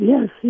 Yes